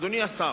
אדוני השר,